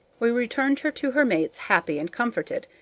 we returned her to her mates happy and comforted,